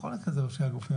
זה יכול להיות ראשי הגופים,